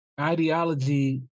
Ideology